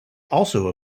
also